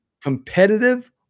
competitive